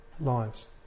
lives